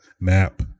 Map